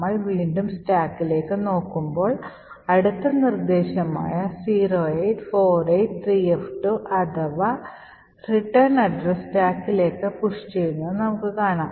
നമ്മൾ വീണ്ടും സ്റ്റാക്കിലേക്ക് നോക്കുമ്പോൾൾ അടുത്ത നിർദ്ദേശം ആയ 08483f2 അഥവാ റിട്ടേൺ അഡ്രസ്സ് stackലേക്ക് പുഷ് ചെയ്യുന്നത് നമുക്ക് കാണാം